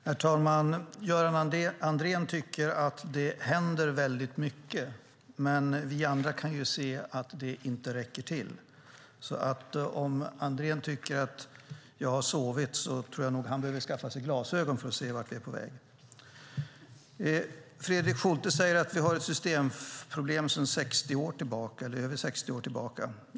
Herr talman! Gunnar Andrén tycker att det händer väldigt mycket. Men vi andra kan ju se att det inte räcker till. Om Andrén tycker att jag har sovit tror jag nog att han behöver skaffa sig glasögon för att se vart vi är på väg. Fredrik Schulte säger att vi har ett systemproblem sedan över 60 år tillbaka.